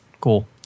Cool